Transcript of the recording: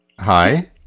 Hi